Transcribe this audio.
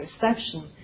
perception